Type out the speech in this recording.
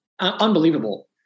unbelievable